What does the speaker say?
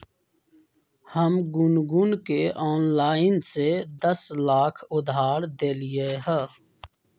हम गुनगुण के ऑनलाइन से दस लाख उधार देलिअई ह